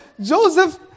Joseph